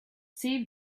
save